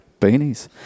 beanies